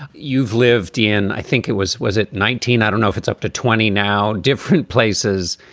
you've lived in. i think it was. was it nineteen. i don't know if it's up to twenty now. different places.